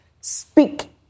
speak